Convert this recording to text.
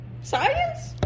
Science